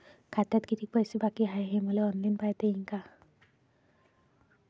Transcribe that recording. खात्यात कितीक पैसे बाकी हाय हे मले ऑनलाईन पायता येईन का?